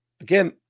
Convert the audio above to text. again